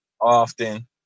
often